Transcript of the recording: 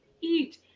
eat